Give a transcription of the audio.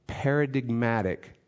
Paradigmatic